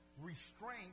restraint